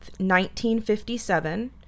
1957